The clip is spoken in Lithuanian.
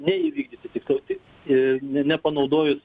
neįvykdyti tiksliau ir nepanaudojus